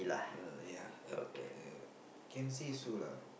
uh ya uh uh uh can say so lah